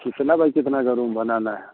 कितना बाई कितना का रूम बनाना है